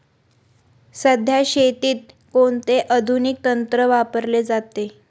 सध्या शेतीत कोणते आधुनिक तंत्र वापरले जाते?